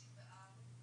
משרד הבינוי והשיכון.